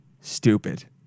stupid